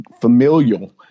familial